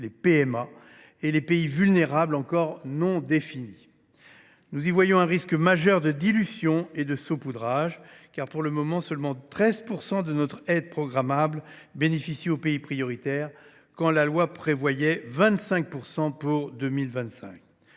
les PMA, et des pays « vulnérables » non encore définis. Nous y voyons un risque majeur de dilution et de saupoudrage, car pour le moment, seulement 13 % de notre aide programmable est au bénéfice des pays prioritaires, quand la loi prévoit 25 % pour 2025.